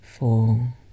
four